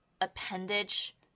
appendage